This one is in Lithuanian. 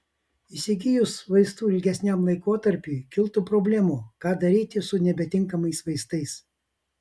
įsigijus vaistų ilgesniam laikotarpiui kiltų problemų ką daryti su nebetinkamais vaistais